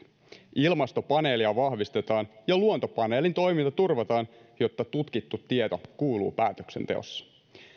ilmastopaneelia vahvistetaan ja luontopaneelin toiminta turvataan jotta tutkittu tieto kuuluu päätöksenteossa